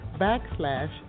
backslash